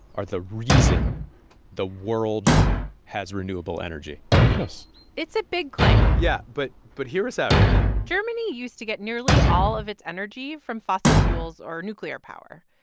are the reason the world has renewable energy yes it's a big claim yeah, but but hear us out here germany used to get nearly all of its energy from fossil fuels or nuclear power.